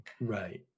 Right